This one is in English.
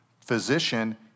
Physician